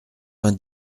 vingt